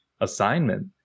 assignment